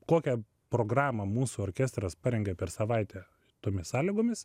kokią programą mūsų orkestras parengė per savaitę tomis sąlygomis